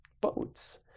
boats